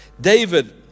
David